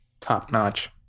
top-notch